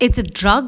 it's a drug